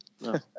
No